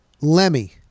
Lemmy